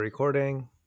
recording